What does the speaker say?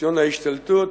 ניסיון ההשתלטות